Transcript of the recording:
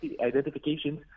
identifications